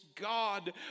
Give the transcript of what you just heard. God